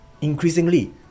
increasingly